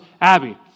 Abby